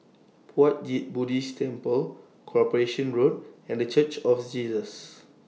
Puat Jit Buddhist Temple Corporation Road and The Church of Jesus